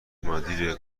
مدیر